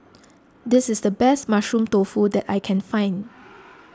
this is the best Mushroom Tofu that I can find